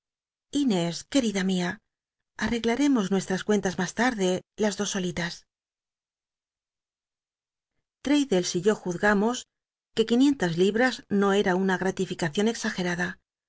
inés querida mia al'l'eglarcmos nuesttas cuentas mas tarde las dos solitas l'raddles y yo juzgamos que quinientas libras no era una gratificacion exagerada